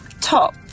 top